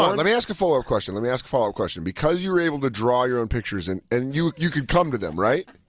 um let me ask a follow-up question. let me ask a follow-up question. because you were able to draw your own pictures, and and you you could come to them, right?